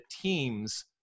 teams